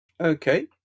Okay